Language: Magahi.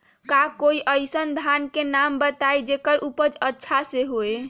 का कोई अइसन धान के नाम बताएब जेकर उपज अच्छा से होय?